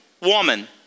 woman